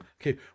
okay